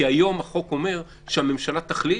כי היום החוק אומר שהממשלה תחליט,